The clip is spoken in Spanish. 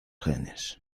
genes